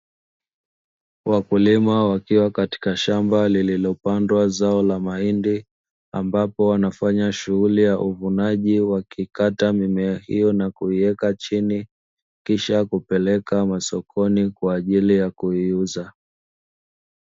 Wakulima wakiwa katika shamba lililopandwa zao la mahindi ambapo wanafanya shughuli ya uvunaji wakikata mimea hiyo na kuiweka chini, kisha kupeleka masokoni kwa ajili ya kuiuza.